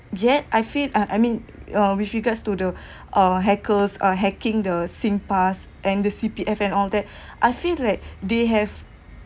yet I feel uh I mean uh with regards to the uh hackers uh hacking the Singpass and the C_P_F and all that I feel like they have